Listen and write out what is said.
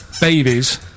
babies